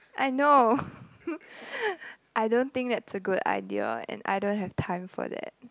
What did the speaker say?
I know I don't think that's a good idea and I don't have time for that